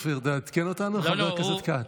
אופיר, תעדכן אותנו, חבר הכנסת כץ.